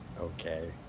okay